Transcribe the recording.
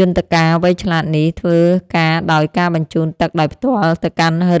យន្តការវៃឆ្លាតនេះធ្វើការដោយការបញ្ជូនទឹកដោយផ្ទាល់ទៅកាន់ឫស